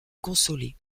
consoler